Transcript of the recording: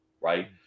right